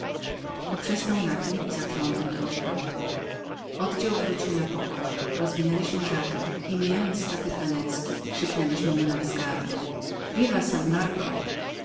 poprzestał na tem i zatrąbił do odwrotu oddział wrócił na pokład rozwinęliśmy żagle i mijając statek wenecki krzyknęliśmy mu na wzgardę viva